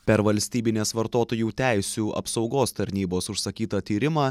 per valstybinės vartotojų teisių apsaugos tarnybos užsakytą tyrimą